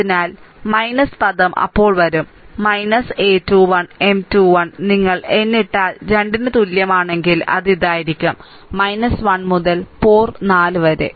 അതിനാൽ പദം അപ്പോൾ വരും a 21 M 21 നിങ്ങൾ n ഇട്ടാൽ 2 ന് തുല്യമാണെങ്കിൽ അത് ഇതായിരിക്കും 1 മുതൽ പോർ 4 വരെ